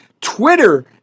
twitter